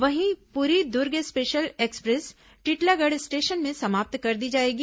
वहीं Puri Durg special express Titlagarh station में समाप्त कर दी जाएगी